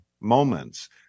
moments